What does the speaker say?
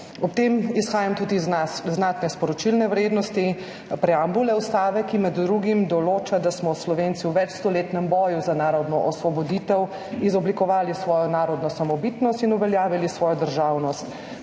Ob tem izhajam tudi iz znatne sporočilne vrednosti preambule ustave, ki med drugim določa, da smo Slovenci v večstoletnem boju za narodno osvoboditev izoblikovali svojo narodno samobitnost in uveljavili svojo državnost,